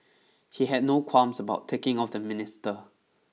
he had no qualms about ticking off the minister